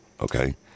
okay